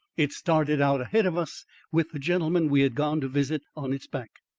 it started out ahead of us with the gentleman we had gone to visit on its back.